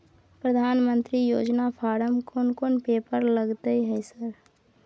प्रधानमंत्री योजना फारम कोन कोन पेपर लगतै है सर?